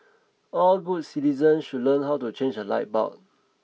all good citizens should learn how to change a light bulb